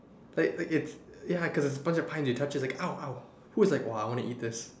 like like it's ya cause bunch of spines you touch is like !ow! !ow! who is like !wah! I want to eat this